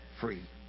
free